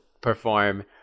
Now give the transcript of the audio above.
perform